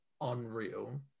unreal